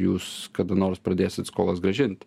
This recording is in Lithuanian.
jūs kada nors pradėsit skolas grąžinti